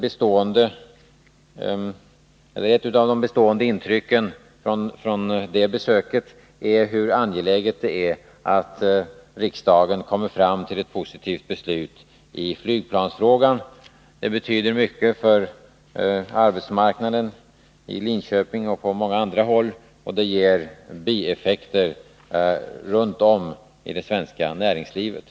Ett av de bestående intrycken från det besöket är hur angeläget det är att riksdagen kommer fram till ett positivt beslut i flygplansfrågan. Det betyder mycket för arbetsmarknaden i Linköping och på många andra håll, och det ger bieffekter runt om i det svenska näringslivet.